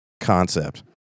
concept